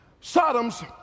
Sodom's